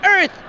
earth